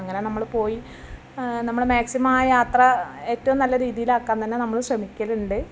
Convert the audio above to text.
അങ്ങനെ നമ്മൾ പോയി നമ്മൾ മാക്സിമം ആ യാത്ര ഏറ്റവും നല്ല രീതിയിലാക്കാൻ തന്നെ നമ്മൾ ശ്രമിക്കലുണ്ട്